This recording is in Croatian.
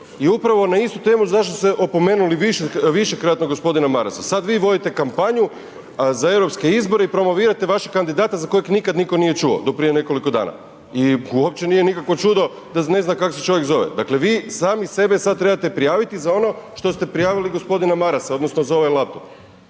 i upravo na istu temu zašto ste opomenuli višekratno g. Marasa, sad vi vodite kampanju za europske izbore i promovirate vašeg kandidata za kojeg nikad nitko nije čuo do prije nekoliko dana i uopće nije nikakvo čudo da ne zna kako se čovjek zove. Dakle, vi sami sebe sad trebate prijaviti za ono što ste prijavili g. Marasa odnosno za ovaj laptop